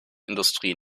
industrie